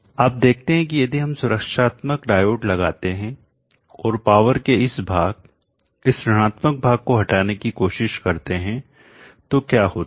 अब देखते हैं कि यदि हम सुरक्षात्मक डायोड लगाते हैं और पावर के इस भाग इस ऋणात्मक भाग को हटाने की कोशिश करते हैं तो क्या होता है